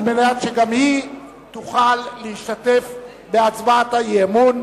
על מנת שגם היא תוכל להשתתף בהצבעת האי-אמון,